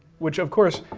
which, of course,